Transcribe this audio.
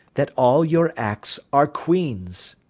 that all your acts are queens.